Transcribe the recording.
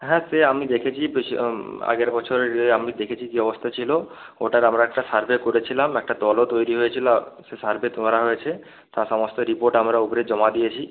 হ্যাঁ সে আমি দেখেছি আগের বছরের ইয়ে আমি দেখেছি কী অবস্থা ছিল ওটার আমরা একটা সার্ভে করেছিলাম একটা দলও তৈরি হয়েছিল সে সার্ভে করা হয়েছে তার সমস্ত রিপোর্ট আমরা ওপরে জমা দিয়েছি